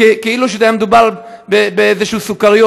כאילו היה מדובר באיזשהן סוכריות.